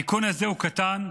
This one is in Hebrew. התיקון הזה הוא קטן,